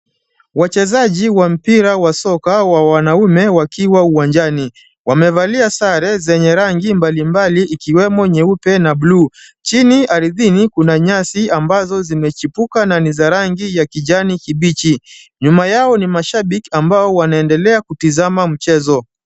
Wachezaji wa mpira wa soka wa wanaume wakiwa uwanjani. Wamevalia sare zenye rangi mbalimbali ikiwemo nyeupe na bluu. Chini ardhini kuna nyasi ambazo zimechipuka na ni za rangi za kijani kibichi. Nyuma yao ni mashabiki ambao wanaendelea kutazama mchezo.